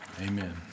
Amen